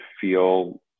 feel